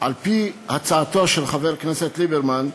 על-פי הצעתו של חבר הכנסת ליברמן,